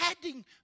adding